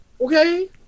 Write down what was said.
okay